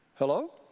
Hello